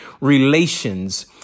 relations